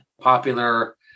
popular